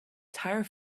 tire